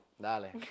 Dale